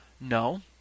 No